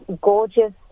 gorgeous